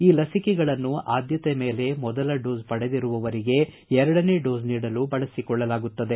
ಈ ಲಸಿಕೆಗಳನ್ನು ಆದ್ಯತೆ ಮೇಲೆ ಮೊದಲ ಡೋಸ್ ಪಡೆದಿರುವವರಿಗೆ ಎರಡನೇ ಡೋಸ್ ನೀಡಲು ಬಳಸಿಕೊಳ್ಳಲಾಗುತ್ತದೆ